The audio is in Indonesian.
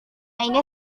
ini